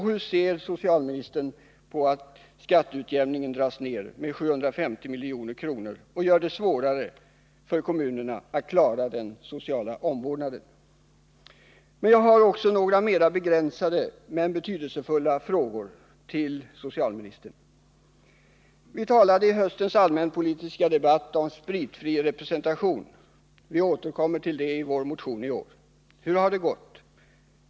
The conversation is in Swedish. Hur ser socialministern på att skatteutjämningen dras ner med 750 milj.kr. och gör det svårare för kommunerna att klara den sociala omvårdnaden? Jag har också några mer begränsade, men betydelsefulla frågor till socialministern. Vi talade i höstens allmänpolitiska debatt om spritfri representation. Vi återkommer till den frågan i en motion i år. Hur har det gått?